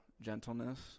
gentleness